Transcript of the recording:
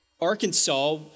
Arkansas